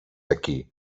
aquí